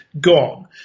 gone